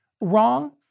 wrong